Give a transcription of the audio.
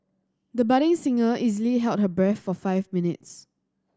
the budding singer easily held her breath for five minutes